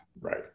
Right